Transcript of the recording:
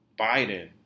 Biden